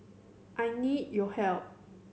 I need your help